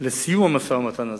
לסיום המשא-ומתן הזה.